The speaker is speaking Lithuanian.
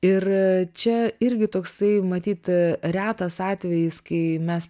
ir čia irgi toksai matyt retas atvejis kai mes